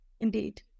Indeed